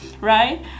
right